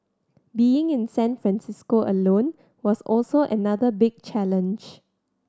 being in San Francisco alone was also another big challenge